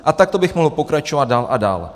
A takto bych mohl pokračovat dál a dál.